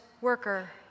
worker